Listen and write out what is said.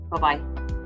Bye-bye